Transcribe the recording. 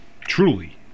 truly